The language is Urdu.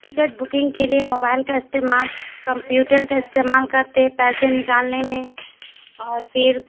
ٹکٹ بکنگ کے لیے موبائل کا استعمال کمپیوٹر کا استعمال کرتے ہیں پیسے نکالنے میں اور پھر